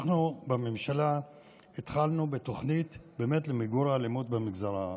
אנחנו בממשלה התחלנו בתוכנית באמת למיגור האלימות במגזר הערבי.